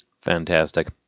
Fantastic